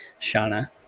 Shauna